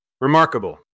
Remarkable